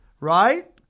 Right